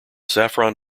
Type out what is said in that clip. saffron